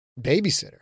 Babysitter